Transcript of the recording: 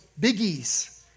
biggies